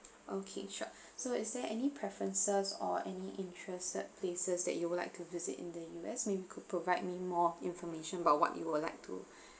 okay sure so is there any preferences or any interested places that you would like to visit in the U_S maybe could provide me more information about what you will like to